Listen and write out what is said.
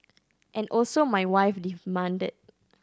and also my wife demanded